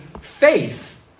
faith